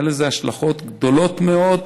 היו לזה השלכות גדולות מאוד,